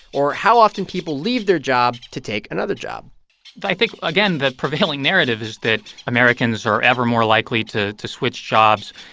or how often people leave their job to take another job i think, again, the prevailing narrative is that americans are ever more likely to to switch jobs.